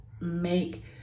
make